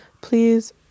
Please